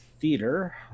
theater